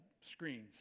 screens